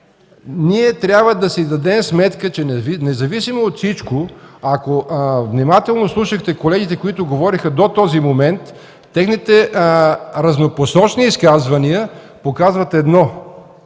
Трябва да си дадем сметка, че независимо от всичко, ако внимателно слушахте колегите, които говориха до този момент, техните разнопосочни изказвания показват едно